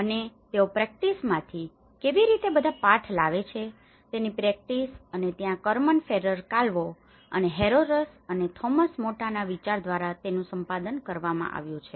અને તેઓ પ્રેક્ટિસમાંથી કેવી રીતે બધા પાઠ લાવે છે તેની પ્રેક્ટીસ અને ત્યાં કર્મન ફેરર કાલ્વો અને હેરોરસ અને થોમસ મેટાના વિચાર દ્વારા તેનું સંપાદન કરવામાં આવ્યું છે